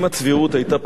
אדוני היושב-ראש,